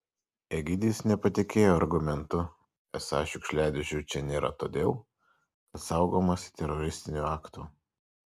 egidijus nepatikėjo argumentu esą šiukšliadėžių čia nėra todėl kad saugomasi teroristinių aktų